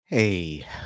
Hey